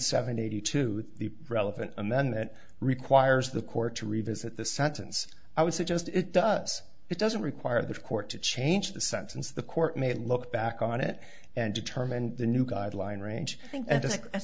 seventy two the relevant amendment requires the court to revisit the sentence i would suggest it does it doesn't require the court to change the sentence the court may look back on it and determine the new guideline range